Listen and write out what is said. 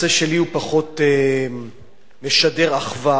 צר לי שהנושא שלי פחות משדר אחווה